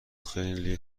خیلی